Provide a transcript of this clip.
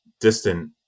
distant